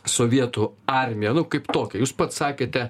sovietų armiją nu kaip tokią jūs pats sakėte